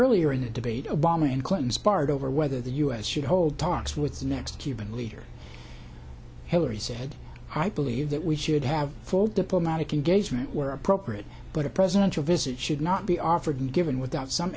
earlier in the debate obama and clinton sparred over whether the u s should hold talks with the next cuban leader hillary said i believe that we should have full diplomatic engagement where appropriate but a presidential visit should not be offered and given without some